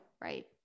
right